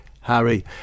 Harry